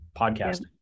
podcasting